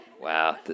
Wow